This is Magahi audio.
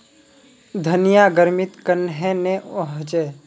धनिया गर्मित कन्हे ने होचे?